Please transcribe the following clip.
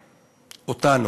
אותנו,